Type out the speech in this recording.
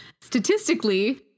Statistically